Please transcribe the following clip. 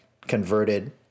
converted